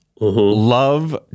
Love